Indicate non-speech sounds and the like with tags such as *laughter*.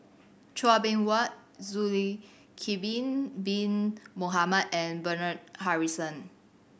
Chua Beng Huat *unintelligible* Bin Bin Mohamed and Bernard Harrison